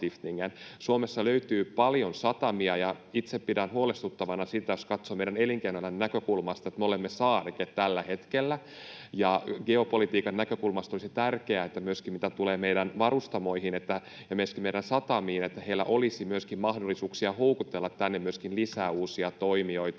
Suomessa löytyy paljon satamia. Ja itse pidän huolestuttavana sitä, jos katsoo meidän elinkeinoelämän näkökulmasta, että me olemme tällä hetkellä saareke. Geopolitiikan näkökulmasta olisi tärkeää, että mitä tulee meidän varustamoihin ja myöskin meidän satamiin, niillä olisi mahdollisuuksia houkutella tänne myöskin lisää uusia toimijoita.